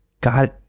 God